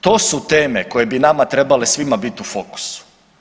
To su teme koje bi nama trebale svima biti u fokusu.